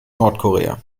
nordkorea